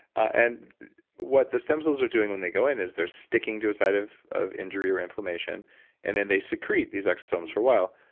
and what the stem cells are doing when they go in is, they're sticking to a side of of injury or inflammation and then they secrete these exosomes for a while.